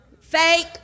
Fake